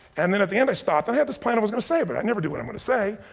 and then at the end i stopped, i had this plan i was gonna say but i never do what i'm gonna say,